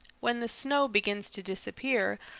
when the snow begins to disappear,